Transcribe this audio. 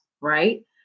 right